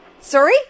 Sorry